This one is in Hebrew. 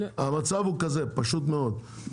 המצב הוא כזה, פשוט מאוד.